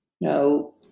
Now